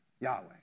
Yahweh